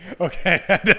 Okay